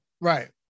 right